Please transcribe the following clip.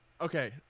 okay